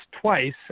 twice